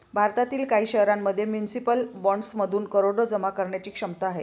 भारतातील काही शहरांमध्ये म्युनिसिपल बॉण्ड्समधून करोडो जमा करण्याची क्षमता आहे